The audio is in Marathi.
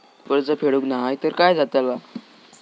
कर्ज फेडूक नाय तर काय जाताला?